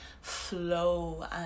flow